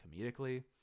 comedically